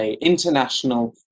international